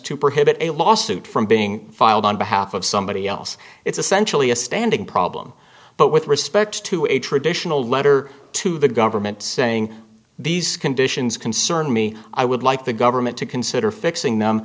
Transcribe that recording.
to prohibit a lawsuit from being filed on behalf of somebody else it's essentially a standing problem but with respect to a traditional letter to the government saying these conditions concern me i would like the government to consider fixing them